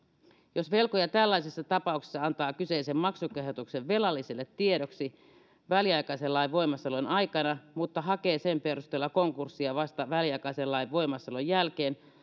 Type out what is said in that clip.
jos velkoja tällaisessa tapauksessa antaa kyseisen maksukehotuksen velalliselle tiedoksi väliaikaisen lain voimassaolon aikana mutta hakee sen perusteella konkurssia vasta väliaikaisen lain voimassaolon jälkeen